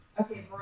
Okay